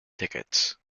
tickets